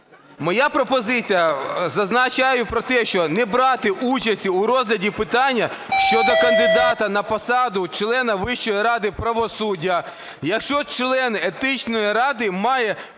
Моя пропозиція зазначає про те, що не брати участі у розгляді питання щодо кандидата на посаду члена Вищої ради правосуддя, якщо член Етичної ради має потенційний